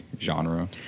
genre